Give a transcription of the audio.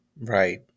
Right